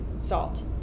salt